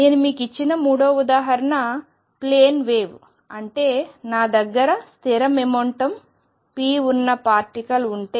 నేను మీకు ఇచ్చిన మూడవ ఉదాహరణ ప్లేన్ వేవ్ అంటే నా దగ్గర స్థిర మొమెంటం p ఉన్న పార్టికల్ ఉంటే